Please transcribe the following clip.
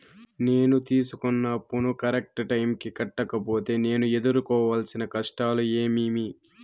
నేను తీసుకున్న అప్పును కరెక్టు టైముకి కట్టకపోతే నేను ఎదురుకోవాల్సిన కష్టాలు ఏమీమి?